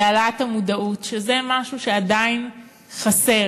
היא העלאת המודעות, וזה משהו שעדיין חסר.